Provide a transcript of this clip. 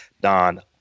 Don